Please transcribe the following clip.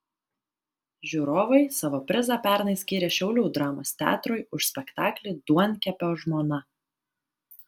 žiūrovai savo prizą pernai skyrė šiaulių dramos teatrui už spektaklį duonkepio žmona